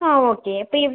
ആ ഓക്കെ അപ്പം